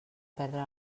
perdre